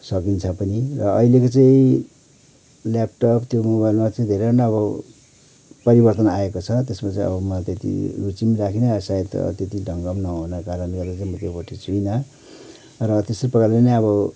सकिन्छ पनि र अहिलेको चाहिँ ल्यापटप त्यो मोबाइलमा चाहिँ धेरै नै अब परिवर्तन आएको छ त्यसमा चाहिँ अब मैले त्यति रुचि पनि राखिनँ अब सायद त्यति ढङ्ग पनि नहुनाको कारणले गर्दा चाहिँ मो त्योपट्टि छुइनँ र त्यस्तै प्रकारले नै अब